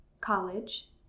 college